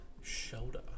shoulder